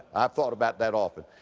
i've thought about that often.